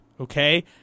okay